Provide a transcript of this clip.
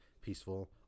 peaceful